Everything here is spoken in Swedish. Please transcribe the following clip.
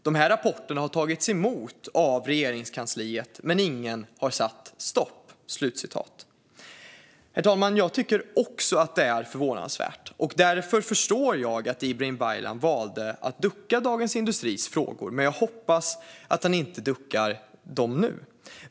De här rapporterna har tagits emot av regeringskansliet, men ingen har satt stopp." Herr talman! Jag tycker också att det är förvånansvärt, och därför förstår jag att Ibrahim Baylan valde att ducka för Dagens industris frågor, men jag hoppas att han inte duckar för dem nu.